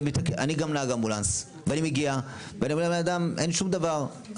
אני גם נהג אמבולנס ואני מגיע ואני רואה בן אדם שאין שום דבר,